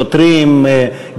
שוטרים,